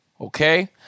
Okay